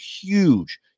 huge